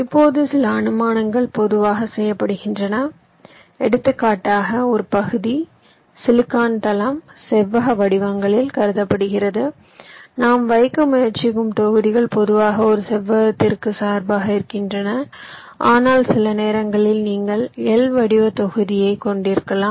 இப்போது சில அனுமானங்கள் பொதுவாக செய்யப்படுகின்றன எடுத்துக்காட்டாக ஒரு பகுதி சிலிக்கான் தளம் செவ்வக வடிவங்களில் கருதப்படுகிறதுநாம் வைக்க முயற்சிக்கும் தொகுதிகள் பொதுவாக ஒரு செவ்வகத்திற்கு சார்பாக இருக்கின்றன ஆனால் சில நேரங்களில் நீங்கள் L வடிவ தொகுதியை கொண்டிருக்கலாம்